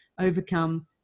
overcome